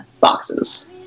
boxes